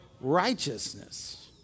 righteousness